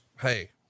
Hey